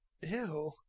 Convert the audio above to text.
Ew